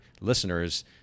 listeners